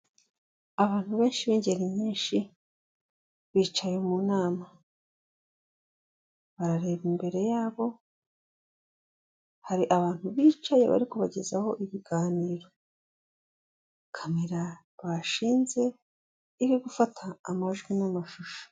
Abantu benshi bingeri nyinshi bicaye mu nama barareba imbere yabo hari abantu bicaye bari kubagezaho ibiganiro, kamera bashinze iri gufata amajwi n'amashusho.